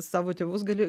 savo tėvus gali